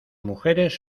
mujeres